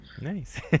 nice